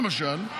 למשל,